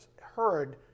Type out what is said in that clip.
heard